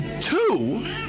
Two